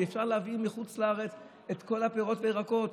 אפשר להביא מחוץ לארץ את כל הפירות וירקות.